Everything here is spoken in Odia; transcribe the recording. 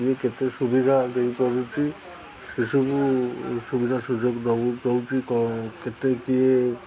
କିଏ କେତେ ସୁବିଧା ଦେଇପାରୁଛି ସେସବୁ ସୁବିଧା ସୁଯୋଗ ଦଉ ଦେଉଛି କଁ କେତେ କିଏ